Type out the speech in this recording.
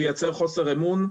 הוא ייצר חוסר אמון.